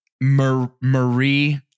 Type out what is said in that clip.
Marie